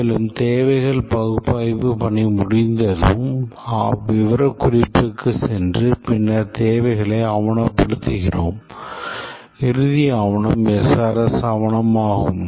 மேலும் தேவைகள் பகுப்பாய்வு பணி முடிந்ததும் விவரக்குறிப்புக்குச் சென்று பின்னர் தேவைகளை ஆவணப்படுத்துகிறோம் இறுதி ஆவணம் SRS ஆவணம் ஆகும்